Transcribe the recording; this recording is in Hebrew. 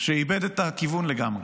שאיבד את הכיוון לגמרי.